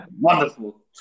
Wonderful